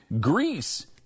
Greece